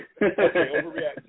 overreacting